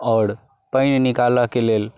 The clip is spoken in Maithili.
आओर पानि निकालऽके लेल